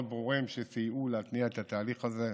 ברורים שסייעו להתניע את התהליך הזה,